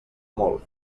molt